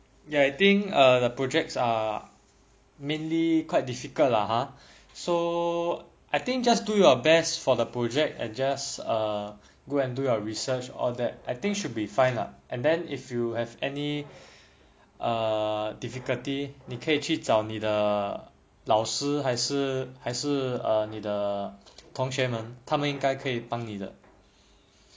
ya I think err the projects are mainly quite difficult lah !huh! so I think just do your best for the project and just go and do your research all that I think should be fine lah and then if you have any uh difficulty 你可以去找你的老师还是还是呃你的同学们他们应该可以帮你的:ni ke yi qu zhao ni de lao shi hai shi hai shi eai ni de tong xue men ta men ying gai ke yi bang ni de